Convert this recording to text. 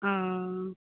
हूँ